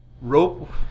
rope